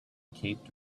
cape